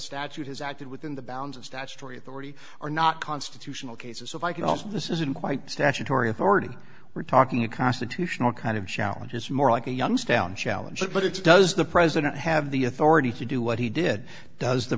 statute has acted within the bounds of statutory authority or not constitutional cases so if i can also this isn't quite statutory authority we're talking a constitutional kind of challenge is more like a youngstown challenge but it's does the president have the authority to do what he did does the